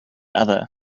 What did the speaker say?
other